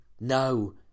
No